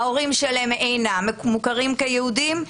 ההורים שלהם אינם מוכרים כיהודים.